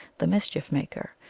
the mischief maker,